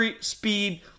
speed